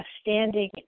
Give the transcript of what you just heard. Standing